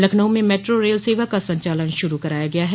लखनऊ में metro rail सेवा का संचालन श्रू कराया गया है